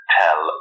tell